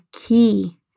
key